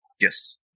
Yes